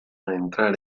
entrar